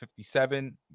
57